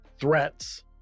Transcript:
threats